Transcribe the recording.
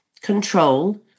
control